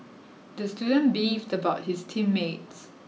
the student beefed about his team mates